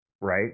right